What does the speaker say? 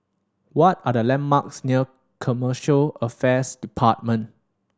what are the landmarks near Commercial Affairs Department